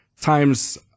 times